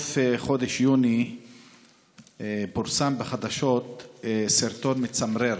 בסוף חודש יוני פורסם בחדשות סרטון מצמרר